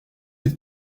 êtes